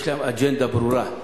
יש להם אג'נדה ברורה.